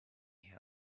her